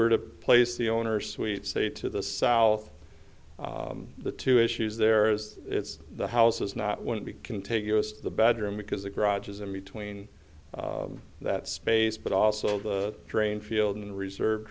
were to place the owner's suite say to the south the two issues there is it's the house is not wouldn't be contiguous to the bedroom because the garage is in between that space but also the drain field and reserve